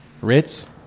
Ritz